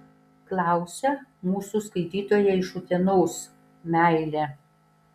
klausia mūsų skaitytoja iš utenos meilė